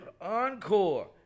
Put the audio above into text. Encore